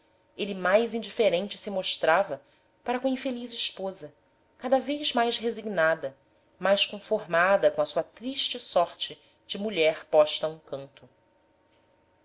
ele mais indiferente se mostrava para com a infeliz esposa cada vez mais resignada mais conformada com a sua triste sorte de mulher posta a um canto